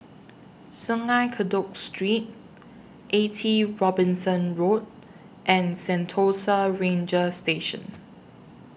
Sungei Kadut Street eighty Robinson Road and Sentosa Ranger Station